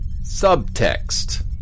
Subtext